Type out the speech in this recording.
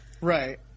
Right